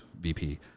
VP-